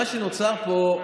מה שנוצר פה,